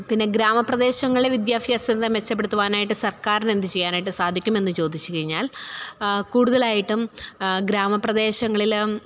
പിന്നെ ഗ്രാമപ്രദേശങ്ങളിലെ വിദ്യാഭ്യാസത്തെ മെച്ചപ്പെടുത്തുവാനായിട്ട് സര്ക്കാരിന് എന്ത് ചെയ്യാനായിട്ട് സാധിക്കുമെന്ന് ചോദിച്ചു കഴിഞ്ഞാല് കൂടുതലായിട്ടും ഗ്രാമപ്രദേശങ്ങളിൽ